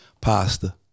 pasta